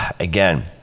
again